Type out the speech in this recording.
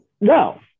No